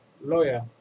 lawyer